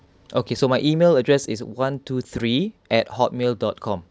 okay so my email address is one two three at hotmail dot com